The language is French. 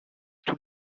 tous